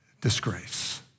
disgrace